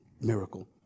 miracle